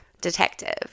detective